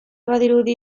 badirudi